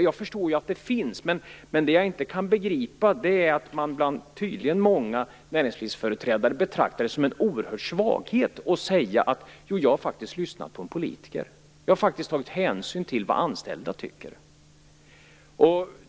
Jag förstår att det finns, men det jag inte kan begripa är att många näringslivsföreträdare betraktar det som en oerhörd svaghet att säga att de har lyssnat på en politiker och tagit hänsyn till vad anställda tycker.